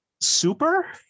Super